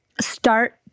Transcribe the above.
start